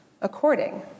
according